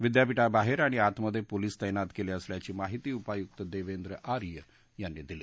विद्यापिठाबाहेर आणि आतमधे पोलिस तैनात केले असल्याची माहिती उपायुक्त देवेंद्र आर्य यांनी दिली